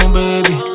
baby